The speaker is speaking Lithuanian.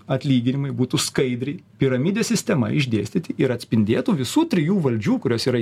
atlyginimai būtų skaidriai piramidės sistema išdėstyti ir atspindėtų visų trijų valdžių kurios yra